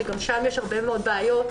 שגם שם יש הרבה מאוד בעיות,